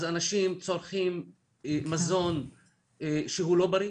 אנשים צורכים מזון שהוא לא בריא,